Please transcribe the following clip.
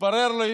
התברר לי